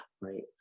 right